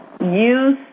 Use